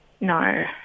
No